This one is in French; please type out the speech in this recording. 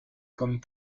comme